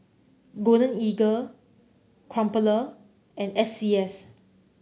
Golden Eagle Crumpler and S C S